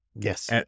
Yes